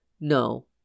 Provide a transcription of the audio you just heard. No